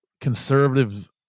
conservative